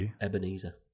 Ebenezer